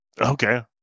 Okay